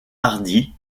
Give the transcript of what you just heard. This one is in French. hardy